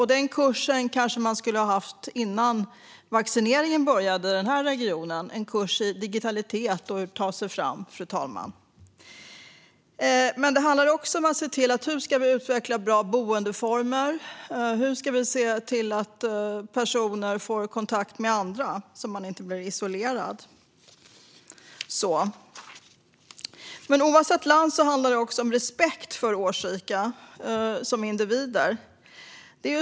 Den kursen, fru talman, kanske man borde ha haft innan vaccineringen inleddes i den här regionen - en kurs i digitalitet och hur man tar sig fram där. Det handlar också om att se till hur vi ska utveckla bra boendeformer och hur vi ska se till att personer får kontakt med andra så att de inte blir isolerade. Oavsett land handlar det också om respekt för årsrika som individer.